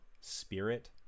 spirit